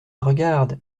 regarde